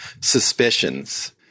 suspicions